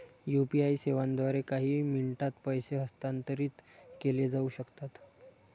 UPI सेवांद्वारे काही मिनिटांत पैसे हस्तांतरित केले जाऊ शकतात